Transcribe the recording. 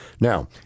Now